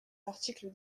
l’article